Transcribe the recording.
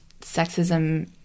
sexism